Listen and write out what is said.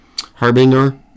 Harbinger